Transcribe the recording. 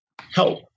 help